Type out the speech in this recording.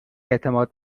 اعتماد